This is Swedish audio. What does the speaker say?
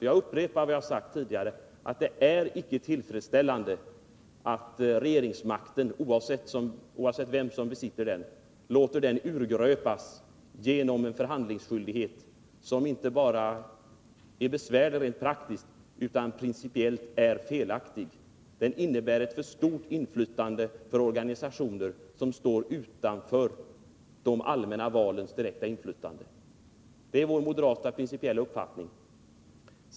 Jag upprepar vad jag har sagt tidigare att det icke är tillfredsställande att regeringsmakten, oavsett vem som besitter den, urgröps genom en förhandlingsskyldighet som inte bara är besvärlig rent praktiskt utan även principiellt felaktig. Den innebär ett för stort inflytande för organisationer som står utanför de allmänna valens direkta påverkan. Detta är moderaternas principiella uppfattning.